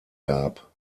gab